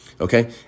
Okay